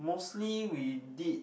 mostly we did